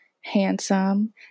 handsome